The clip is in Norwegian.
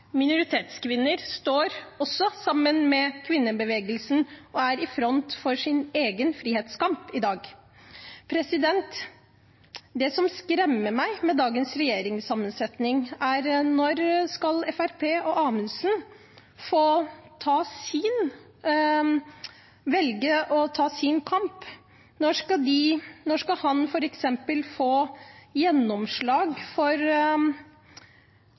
minoritetskvinner står også sammen med kvinnebevegelsen og er i front for sin egen frihetskamp i dag. Det som skremmer meg med dagens regjeringssammensetning, er: Når skal Fremskrittspartiet og representanten Amundsen velge å ta sin kamp, når skal han f.eks. få gjennomslag for